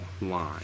line